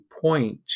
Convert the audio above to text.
point